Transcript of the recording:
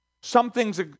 Something's